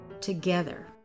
together